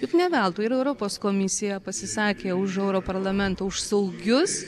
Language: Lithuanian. juk ne veltui ir europos komisija pasisakė už europarlamentą už saugius